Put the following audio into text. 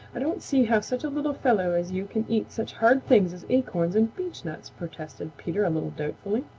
i don't see how such a little fellow as you can eat such hard things as acorns and beechnuts, protested peter a little doubtfully.